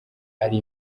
ari